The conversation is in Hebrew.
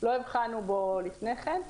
צורך שלא הבחנו בו לפני כן,